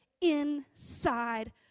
Inside